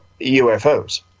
ufos